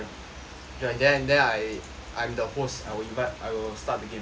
then I I'm the host I will invite I will start the game